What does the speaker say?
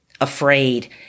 afraid